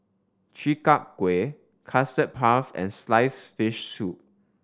Chi Kak Kuih Custard Puff and sliced fish soup